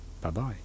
bye-bye